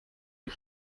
die